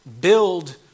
build